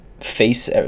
face